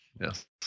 Yes